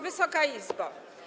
Wysoka Izbo!